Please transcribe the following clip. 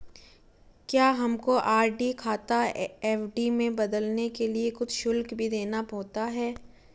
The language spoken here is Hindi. क्या हमको आर.डी खाता एफ.डी में बदलने के लिए कुछ शुल्क भी देना होता है?